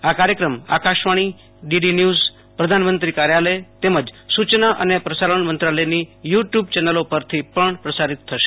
આ કાયક્રમ Akashvani DD news પ્રધાનમંત્રી કાર્યાલય તેમજ સુચના અને પ્રસારણ મંત્રાલયની યુ ટયુબ ચેનલો પર પણ પ્રસારિત થશે